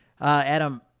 Adam